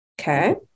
okay